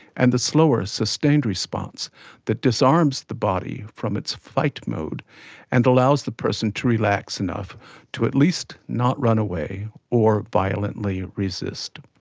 and the slower, sustained-response that disarms the body from its fight mode and allows the person to relax enough to at least not run away or violently resist.